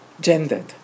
gendered